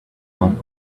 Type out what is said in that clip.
one